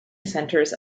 centers